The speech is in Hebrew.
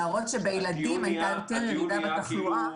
להראות שבילדים הייתה יותר ירידה בתחלואה.